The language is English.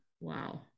Wow